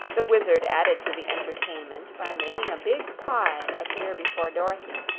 the wizard added to the entertainment by making a big pie appear before dorothy,